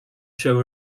show